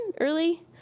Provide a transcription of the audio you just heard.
early